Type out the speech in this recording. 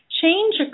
change